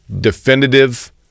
definitive